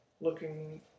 looking